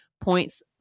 points